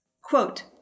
quote